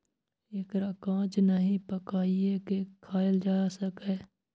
एकरा कांच नहि, पकाइये के खायल जा सकैए